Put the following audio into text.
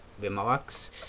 remarks